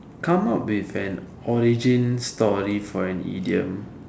come up with an origin story for an idiom